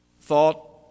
thought